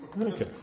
Okay